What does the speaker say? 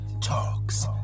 Talks